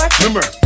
Remember